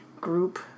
group